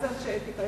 מי אנשי האתיקה.